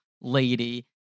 lady